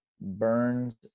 Burns